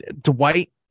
Dwight